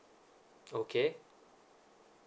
okay